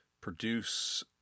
produce